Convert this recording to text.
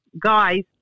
guys